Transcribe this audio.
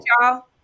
y'all